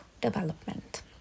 development